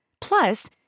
Plus